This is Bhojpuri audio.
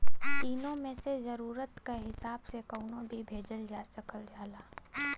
तीनो मे से जरुरत क हिसाब से कउनो भी भेजल जा सकल जाला